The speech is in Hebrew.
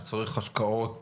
שצריך השקעות